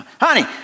honey